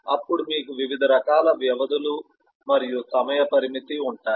అప్పుడు మీకు వివిధ రకాల వ్యవధులు మరియు సమయ పరిమితి ఉంటాయి